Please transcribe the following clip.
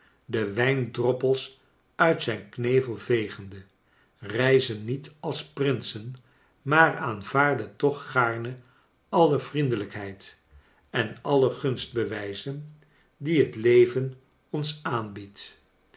de reiziger de wijndroppels uit zijn knevel vegende reizen niet als prinsen maar aanvaarden toch gaarne alle vriendelijkheid en alle gunstbewijzen die het leven ons aanbiedt